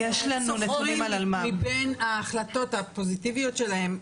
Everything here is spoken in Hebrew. הם סופרים מבין ההחלטות הפוזיטיביות שלהם,